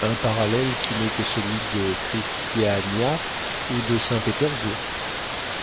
un parallèle qui n'est que celui de christiania ou de saint-pétersbourg